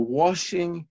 washing